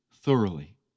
thoroughly